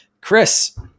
Chris